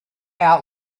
out